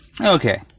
okay